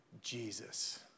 Jesus